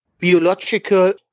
biological